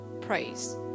praise